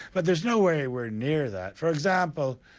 but there's no way we're near that. for example,